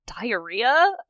diarrhea